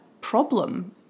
problem